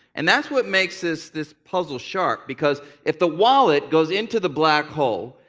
and that's what makes this this puzzle sharp, because if the wallet goes into the black hole,